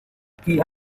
tutti